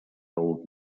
old